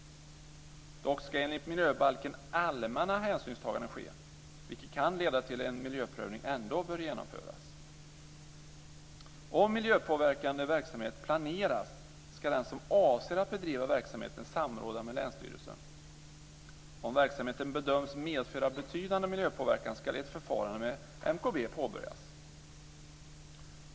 Dock ska enligt miljöbalken allmänna hänsynstaganden ske, vilket kan leda till att en miljöprövning ändå bör genomföras. Om miljöpåverkande verksamhet planeras ska den som avser att bedriva verksamheten samråda med länsstyrelsen. Om verksamheten bedöms medföra betydande miljöpåverkan ska ett förfarande med MKB inledas.